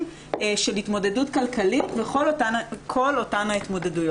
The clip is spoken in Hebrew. שבהתמודדות כלכלית וכל אותן ההתמודדויות.